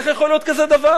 איך יכול להיות כזה דבר?